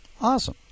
Awesome